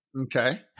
Okay